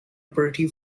pretty